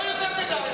לא יותר מדי.